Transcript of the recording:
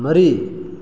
ꯃꯔꯤ